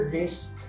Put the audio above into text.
risk